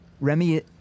Remy